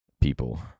people